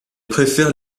préfère